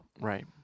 Right